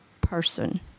person